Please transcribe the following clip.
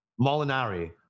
Molinari –